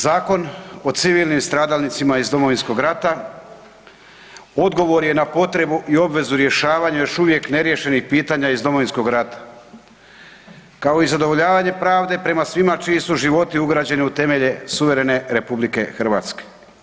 Zakon o civilnim stradalnicima iz Domovinskog rata odgovor je na potrebu i obvezu rješavanja još uvijek neriješenih pitanja iz Domovinskog rata kao i zadovoljavanje pravde prema svima čiji su životi ugrađeni u temelje suverene RH.